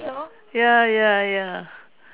ya ya ya